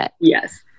Yes